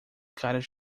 caras